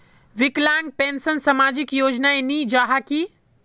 विकलांग पेंशन सामाजिक योजना नी जाहा की?